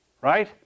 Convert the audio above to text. Right